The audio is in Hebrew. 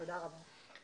תודה רבה.